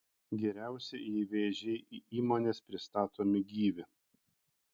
geriausia jei vėžiai į įmones pristatomi gyvi